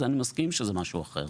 אני מסכים שזה משהו אחר.